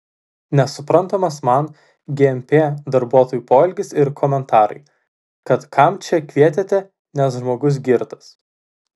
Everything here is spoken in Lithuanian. nesuprantamas man gmp darbuotojų poelgis ir komentarai kad kam čia kvietėte nes žmogus girtas